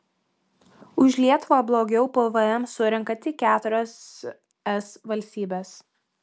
už lietuvą blogiau pvm surenka tik keturios es valstybės